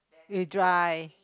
you dry